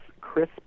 crisp